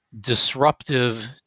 disruptive